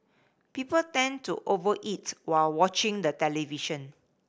people tend to over eat while watching the television